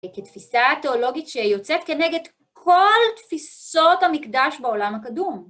כתפיסה תיאולוגית שיוצאת כנגד כל תפיסות המקדש בעולם הקדום.